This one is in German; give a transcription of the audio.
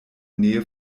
nähe